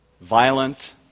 violent